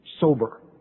sober